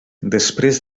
després